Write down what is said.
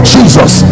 Jesus